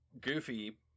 goofy